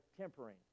tempering